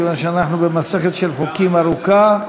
כי אנחנו במסכת חוקים ארוכה.